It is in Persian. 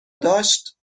داشت